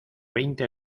veinte